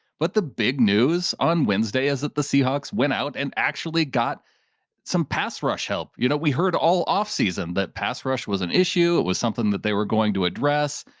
but the big news on wednesday is that the seahawks went out and actually got some pass, rush, help. you know we heard all off season that pass rush was an issue. it was something that they were going to address.